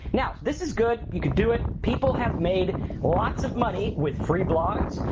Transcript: now, this is good, you can do it. people have made lots of money with free blogs,